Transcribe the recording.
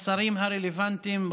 השרים הרלוונטיים,